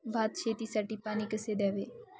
भात शेतीसाठी पाणी कसे द्यावे?